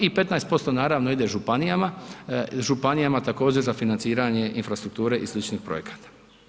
I 15% naravno ide županijama, županijama također za financiranje infrastrukture i sličnih projekata.